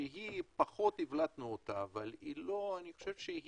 שפחות הבלטנו אותה אבל היא גם חשובה,